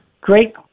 Great